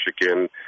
Michigan